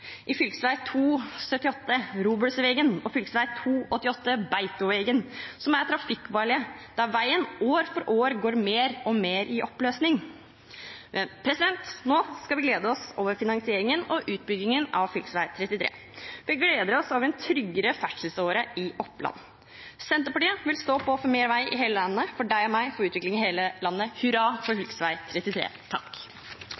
Beitovegen som er trafikkfarlige, der veien år for år går mer og mer i oppløsning. Nå skal vi glede oss over finansieringen og utbyggingen av fv. 33. Vi gleder oss over en tryggere ferdselsåre i Oppland. Senterpartiet vil stå på for mer vei i hele landet – for deg og meg – for utvikling i hele landet. Hurra for